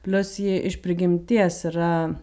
plius ji iš prigimties yra